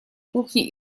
кухне